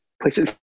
places